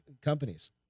companies